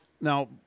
now